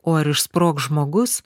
o ar išsprogs žmogus